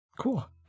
cool